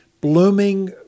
blooming